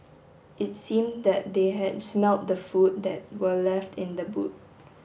it seem that they had smelt the food that were left in the boot